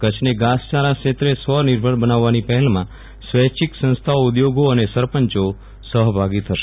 કચ્છને ધાસયારા ક્ષેત્રે સ્વનિર્ભર બનાવવાની પહેલમાં સ્વૈચ્છિક સંસ્થાઓઉધોગો અને સરપંચો સહભાગી થશે